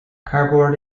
cardboard